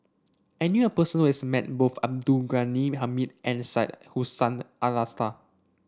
I knew a person who has met both Abdul Ghani Hamid and Syed Hussein Alatas